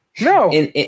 No